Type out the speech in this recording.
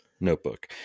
notebook